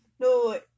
No